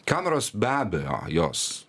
kameros be abejo jos